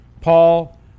Paul